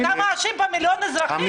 אתה מאשים פה מיליון אזרחים.